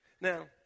Now